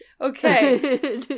Okay